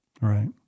Right